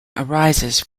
arises